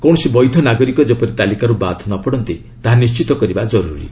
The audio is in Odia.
କୌଣସି ବୈଧ ନାଗରିକ ଯେପରି ତାଲିକାରୁ ବାଦ୍ ନପଡନ୍ତି ତାହା ନିଶ୍ଚିତ କରାଯିବା ଜରୁରୀ